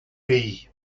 pays